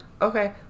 Okay